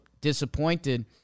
disappointed